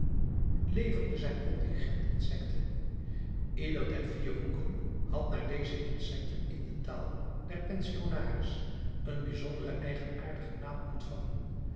leverde zijn contingent insecten ieder der vier hoeken had naar deze insecten in de taal der pensionnaires een bijzonderen eigenaardigen naam ontvangen